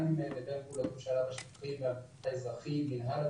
גם עם מתאם פעולות בשטחים והמינהל האזרחי,